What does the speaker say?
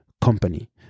company